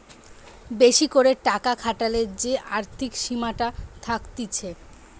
বেশি করে টাকা খাটালে যে আর্থিক সীমাটা থাকতিছে